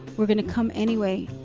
we're gonna come anyway,